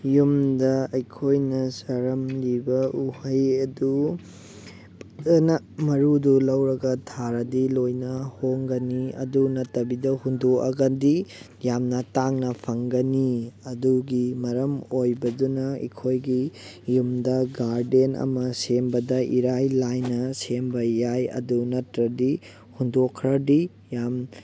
ꯌꯨꯝꯗ ꯑꯩꯈꯣꯏꯅ ꯆꯥꯔꯝꯂꯤꯕ ꯎꯍꯩ ꯑꯗꯨ ꯐꯖꯅ ꯃꯔꯨꯗꯨ ꯂꯧꯔꯒ ꯊꯥꯔꯗꯤ ꯂꯣꯏꯅ ꯍꯣꯡꯒꯅꯤ ꯑꯗꯨ ꯅꯠꯇꯕꯤꯗ ꯍꯨꯟꯗꯣꯛꯑꯒꯗꯤ ꯌꯥꯝꯅ ꯇꯥꯡꯅ ꯐꯪꯒꯅꯤ ꯑꯗꯨꯒꯤ ꯃꯔꯝ ꯑꯣꯏꯕꯗꯨꯅ ꯑꯩꯈꯣꯏꯒꯤ ꯌꯨꯝꯗ ꯒꯥꯔꯗꯦꯟ ꯑꯃ ꯁꯦꯝꯕꯗ ꯏꯔꯥꯏ ꯂꯥꯏꯅ ꯁꯦꯝꯕ ꯌꯥꯏ ꯑꯗꯨ ꯅꯠꯇ꯭ꯔꯗꯤ ꯍꯨꯟꯗꯣꯛꯈ꯭ꯔꯗꯤ ꯌꯥꯝ